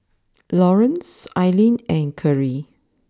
Laurance Alline and Kerri